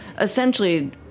essentially